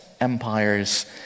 empires